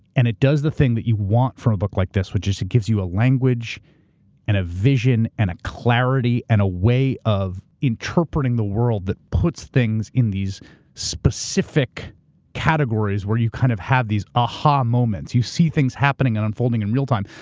and it does the thing that you want from a book like this, which just gives you a language and a vision and a clarity and a way of interpreting the world that puts things in these specific categories where you kind of have these aha moments. you see things happening and unfolding in real time.